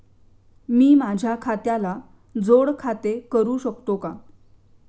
मी माझ्या खात्याला जोड खाते करू शकतो का?